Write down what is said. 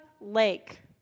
lake